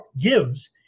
gives